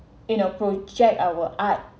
in a project our art